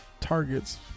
targets